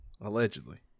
Allegedly